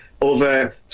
over